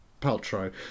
Paltrow